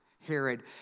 Herod